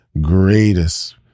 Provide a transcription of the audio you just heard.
greatest